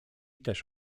też